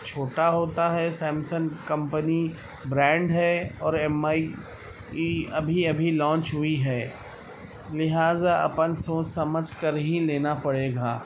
چھوٹا ہوتا ہے سیمسانگ کمپنی براںڈ ہے اور ایم آئی ابھی ابھی لانچ ہوئی ہے لہذا اپن سوچ سمجھ کر ہی لینا پڑے گا